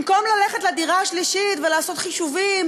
במקום ללכת לדירה השלישית ולעשות חישובים